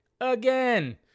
again